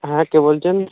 হ্যাঁ কে বলছেন